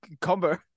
combo